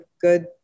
good